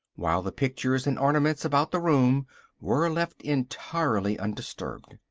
while the pictures and ornaments about the room were left entirely undisturbed.